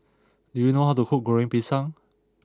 do you know how to cook Goreng Pisang